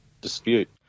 dispute